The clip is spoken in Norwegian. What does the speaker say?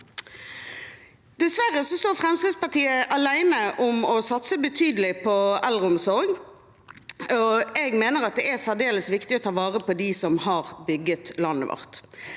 Dessverre står Fremskrittspartiet alene om å satse betydelig på eldreomsorg, og jeg mener at det er særdeles viktig å ta vare på dem som har bygget landet vårt.